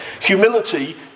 Humility